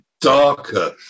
darker